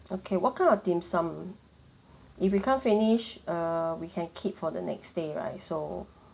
okay what kind of dim sum if we can't finish err we can keep for the next day right so